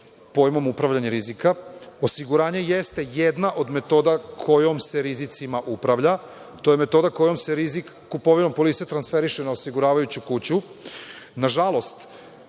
pojmom upravljanja rizika. Osiguranje jeste jedna od metoda kojom se rizicima upravlja. To je metoda kojom se rizik kupovinom polise transferiše na osiguravajuću kuću. Nažalost,